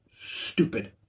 stupid